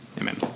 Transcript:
amen